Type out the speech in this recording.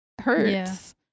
hurts